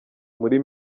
muri